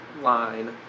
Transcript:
line